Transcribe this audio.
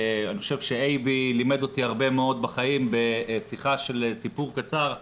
אני חושב שאייבי לימד אותי הרבה מאוד בחיים בשיחה של סיפור קצר,